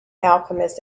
alchemist